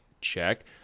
Check